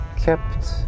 kept